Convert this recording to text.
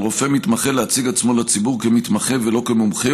על רופא מתמחה להציג את עצמו לציבור כמתמחה ולא כמומחה,